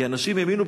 כי אנשים האמינו,